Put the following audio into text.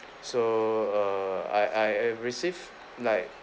so err I I receive like